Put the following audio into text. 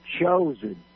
chosen